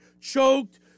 Choked